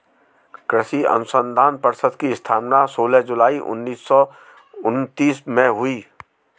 कृषि अनुसंधान परिषद की स्थापना सोलह जुलाई उन्नीस सौ उनत्तीस में हुई